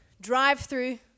drive-through